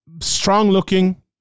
strong-looking